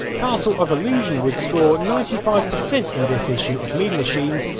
castle of illusion would score ninety five percent in this issue of mean machines,